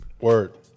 Word